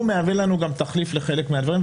מה שמהווה לנו גם תחליף לחלק מהדברים,